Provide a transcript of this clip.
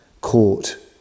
court